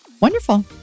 Wonderful